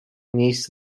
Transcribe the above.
miejsc